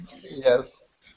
Yes